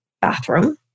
bathroom